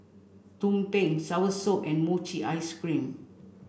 Tumpeng Soursop and Mochi ice cream